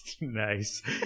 Nice